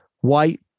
White